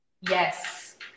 Yes